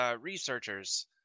researchers